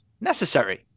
necessary